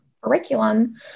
curriculum